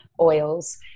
oils